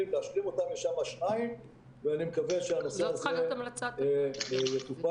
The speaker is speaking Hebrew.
להשלים אותם יש שם שניים ואני מקווה שהנושא הזה יטופל.